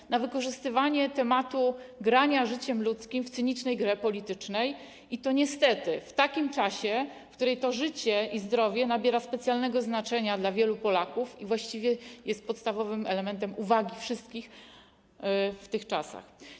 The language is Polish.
Chodzi o wykorzystywanie tematu, granie życiem ludzkim w cynicznej grze politycznej, i to niestety w takim czasie, w którym to życie i zdrowie nabiera specjalnego znaczenia dla wielu Polaków i jest podstawowym elementem uwagi wszystkich w tych czasach.